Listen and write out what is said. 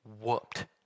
whooped